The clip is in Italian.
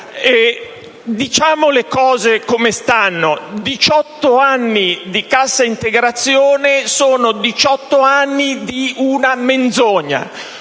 Diciamo allora le cose come stanno: 18 anni di cassa integrazione sono 18 anni di una menzogna,